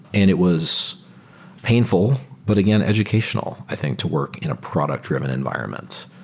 and it was painful, but again educational i think to work in a product-driven environment,